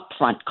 upfront